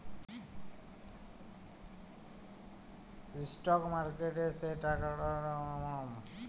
stock মার্কেটে সে টাকাট ইলভেসেট করুল যেট আপলার লস হ্যলেও খ্যতি হবেক লায়